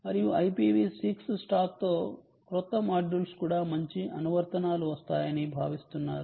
మరియు IPV 6 స్టాక్తో క్రొత్త మాడ్యూల్స్ కూడా మంచి అనువర్తనాలు వస్తాయని భావిస్తున్నారు